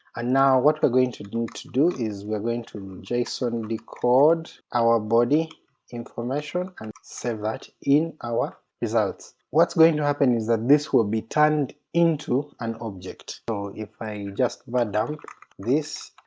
and now what we're going to do to do is we're going to a json decode our body information and save that in our results. what's going to happen is that this will be turned into an object. so if i just var dump this,